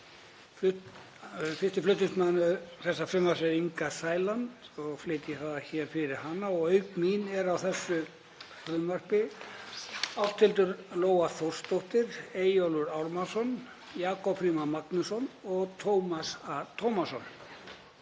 Fyrsti flutningsmaður þessa frumvarps er Inga Sæland og flyt ég það hér fyrir hana og auk mín eru á þessu frumvarpi Ásthildur Lóa Þórsdóttir, Eyjólfur Ármannsson, Jakob Frímann Magnússon og Tómas A. Tómasson.